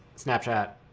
snapchat,